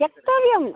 त्यक्तव्यं